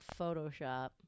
Photoshop